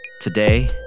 Today